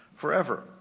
forever